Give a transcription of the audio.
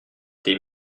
tes